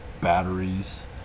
batteries